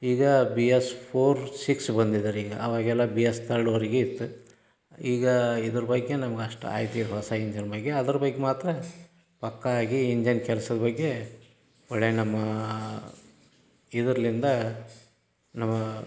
ಈಗ B S four six ಬಂದಿದ್ದಾರೆ ಈಗ ಅವಾಗೆಲ್ಲ ಬಿ ಯಸ್ ತರ್ಡ್ ವರೆಗಿ ಇತ್ತು ಈಗ ಇದರ ಬಗ್ಗೆ ನಮ್ಗೆ ಅಷ್ಟು ಆಯ್ಕೆಗಳು ಹೊಸ ಇಂಜನ್ ಬಗ್ಗೆ ಅದರ ಬಗ್ಗೆ ಮಾತ್ರ ಪಕ್ಕಾ ಆಗಿ ಇಂಜನ್ ಕೆಲ್ಸದ ಬಗ್ಗೆ ಒಳ್ಳೆಯ ನಮ್ಮ ಇದರಿಂದ ನಮ್ಮ